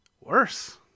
worse